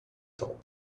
top